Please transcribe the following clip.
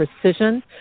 precision